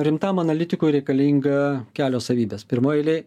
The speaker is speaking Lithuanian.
rimtam analitikui reikalinga kelios savybės pirmoj eilėj